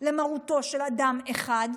למרותו של אדם אחד,